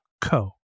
co